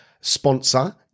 sponsor